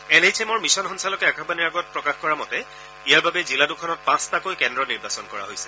N H এমৰ mission সঞ্চালকে আকাশবাণীৰ আগত প্ৰকাশ কৰা মতে ইয়াৰ বাবে জিলা দুখনত পাঁচটাকৈ কেন্দ্ৰ নিৰ্বাচন কৰা হৈছে